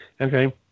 Okay